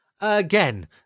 Again